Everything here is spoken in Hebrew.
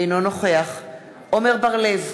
אינו נוכח עמר בר-לב,